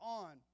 on